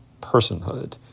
personhood